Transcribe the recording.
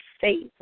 faith